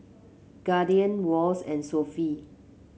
Guardian Wall's and Sofy